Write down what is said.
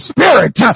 Spirit